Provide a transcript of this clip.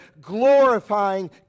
glorifying